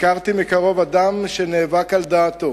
הכרתי מקרוב אדם שנאבק על דעתו,